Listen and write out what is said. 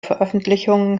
veröffentlichungen